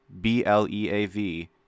BLEAV